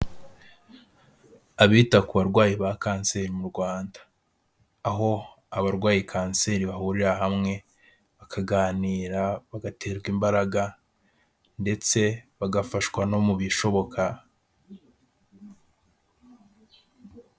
Abita ku barwayi ba kanseri mu Rwanda, aho abarwaye kanseri bahurira hamwe, bakaganira, bagaterwa imbaraga, ndetse bagafashwa no mu bishoboka.